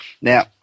Now